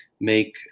make